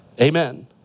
Amen